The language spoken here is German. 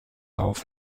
auf